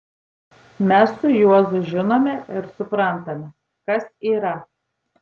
mes su juozu žinome ir suprantame kas yra